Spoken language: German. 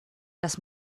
das